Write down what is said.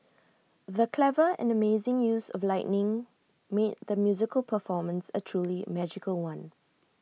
the clever and amazing use of lighting made the musical performance A truly magical one